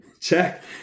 check